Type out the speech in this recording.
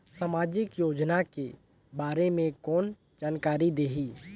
समाजिक योजना के बारे मे कोन जानकारी देही?